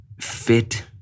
fit